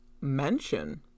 mention